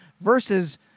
versus